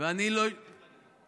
אני מבקש להגיב.